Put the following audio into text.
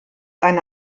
eine